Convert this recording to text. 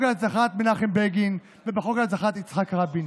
להנצחת מנחם בגין ובחוק להנצחת יצחק רבין.